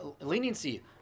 leniency